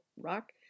rock